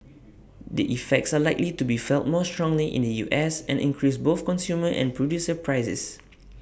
the effects are likely to be felt more strongly in the us and increase both consumer and producer prices